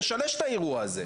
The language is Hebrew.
לשלש את האירוע הזה.